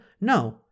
No